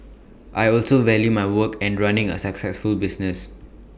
I also value my work and running A successful business